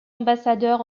ambassadeur